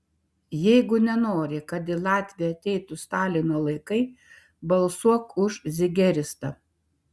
jeigu nenori kad į latviją ateitų stalino laikai balsuok už zigeristą